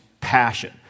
passion